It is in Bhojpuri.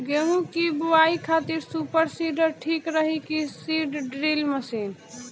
गेहूँ की बोआई खातिर सुपर सीडर ठीक रही की सीड ड्रिल मशीन?